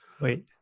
Wait